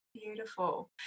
Beautiful